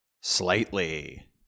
Slightly